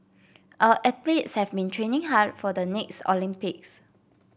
our athletes have been training hard for the next Olympics